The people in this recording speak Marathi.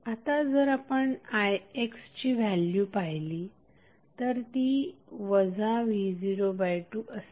आता जर आपण ix ची व्हॅल्यु पाहिली तर ती v02असेल